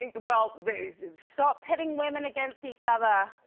ah well. stop putting women against each other.